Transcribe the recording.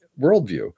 worldview